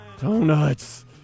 Donuts